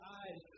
eyes